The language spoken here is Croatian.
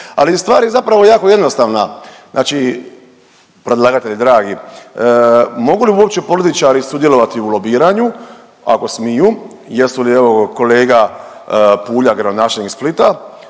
Ali stvar je zapravo jako jednostavna. Znači predlagatelj dragi, mogu li uopće političari sudjelovati u lobiranju? Ako smiju jesu li evo kolega Puljak gradonačelnik Splita